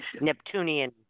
Neptunian